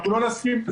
אנחנו לא נסכים לזה.